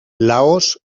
laos